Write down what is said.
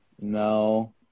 No